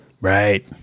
Right